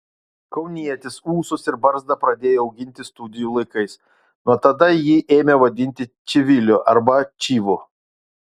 kaunietis ūsus ir barzdą pradėjo auginti studijų laikais nuo tada jį ėmė vadinti čiviliu arba čyvu